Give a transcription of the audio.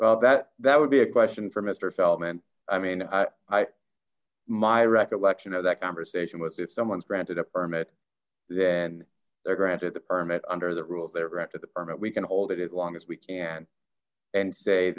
well that that would be a question for mister feldman i mean i my recollection of that conversation if someone's granted a permit then they're granted the permit under the rules they were after the permit we can hold it as long as we can and say